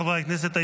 חברי הכנסת,